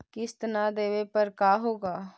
किस्त न देबे पर का होगा?